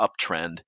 uptrend